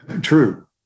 True